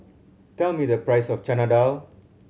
tell me the price of Chana Dal